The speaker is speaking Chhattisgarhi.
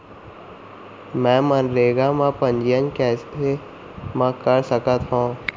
मैं मनरेगा म पंजीयन कैसे म कर सकत हो?